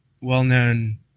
well-known